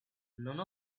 none